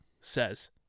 says